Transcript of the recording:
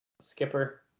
Skipper